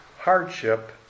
hardship